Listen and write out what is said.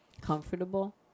comfortable